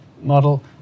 model